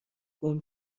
گـم